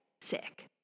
sick